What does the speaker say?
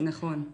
כן, נכון.